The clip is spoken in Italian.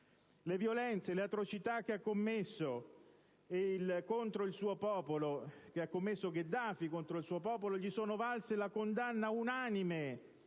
Le violenze e le atrocità che Gheddafi ha commesso contro il suo popolo gli sono valse la condanna unanime